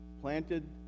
planted